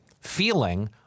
feeling